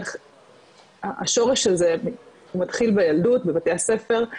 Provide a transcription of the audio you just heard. השורש הזה מתחיל בילדות בבתי הספר,